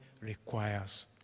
requires